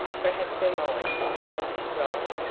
perhaps her mind is not right.